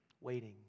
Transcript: Waiting